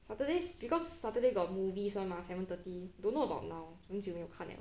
saturdays because saturday got movies [one] mah seven thirty don't know about now 很久没有看 liao